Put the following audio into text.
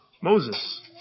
Moses